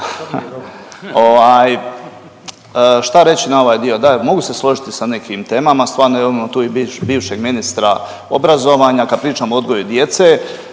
šta reći na ovaj dio. Da, mogu se složiti sa nekim temama, stvarno imamo tu i bivšeg ministra obrazovanja, kad pričamo o odgoju djece